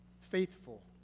faithful